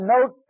note